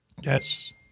Yes